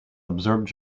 absorbed